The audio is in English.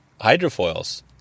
Hydrofoils